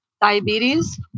diabetes